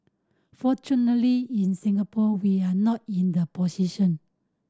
fortunately in Singapore we are not in the position